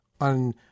on